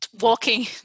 Walking